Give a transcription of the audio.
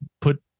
put